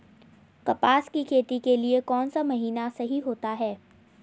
कपास की खेती के लिए कौन सा महीना सही होता है?